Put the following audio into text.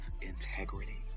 integrity